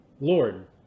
Lord